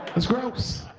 that's gross.